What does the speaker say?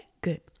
Good